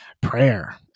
prayer